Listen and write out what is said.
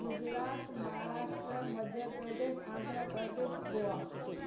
Gujarat Maharashtra Madhya Pradesh Andhra Pradesh Goa